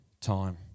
time